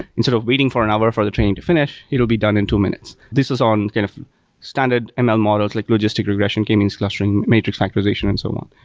instead of waiting for an hour for the training to finish, it will be done in two minutes. this was on kind of standard ml models, like logistic regression, k-means clustering, matrix factorization and so on.